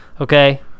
Okay